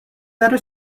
داره